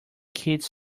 kids